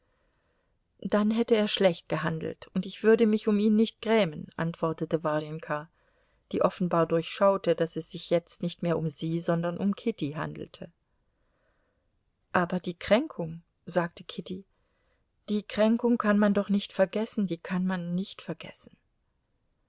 dann hätte er schlecht gehandelt und ich würde mich um ihn nicht grämen antwortete warjenka die offenbar durchschaute daß es sich jetzt nicht mehr um sie sondern um kitty handelte aber die kränkung sagte kitty die kränkung kann man doch nicht vergessen die kann man nicht vergessen